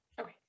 Okay